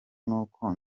n’uko